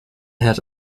has